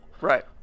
Right